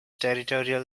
territorial